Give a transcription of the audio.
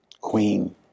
Queen